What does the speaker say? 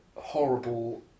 Horrible